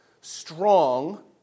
strong